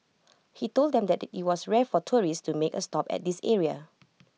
he told them that IT was rare for tourists to make A stop at this area